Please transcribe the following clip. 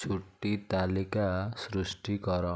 ଛୁଟି ତାଲିକା ସୃଷ୍ଟି କର